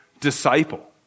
disciple